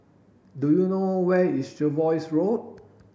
do you know where is Jervois Road